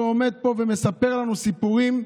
ועומד פה ומספר לנו סיפורים.